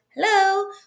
hello